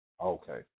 Okay